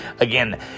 Again